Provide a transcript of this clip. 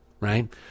Right